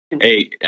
Hey